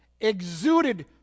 exuded